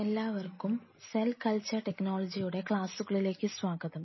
എല്ലാവർക്കും cell culture ടെക്നോളജിയുടെ ക്ലാസുകളിലേക്ക് സ്വാഗതം